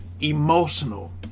emotional